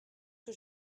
que